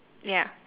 ya